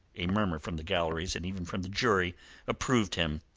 a murmur from the galleries and even from the jury approved him.